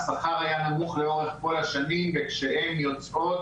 השכר היה נמוך לאורך כל השנים וכשהן יוצאות